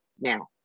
now